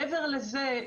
מעבר לזה,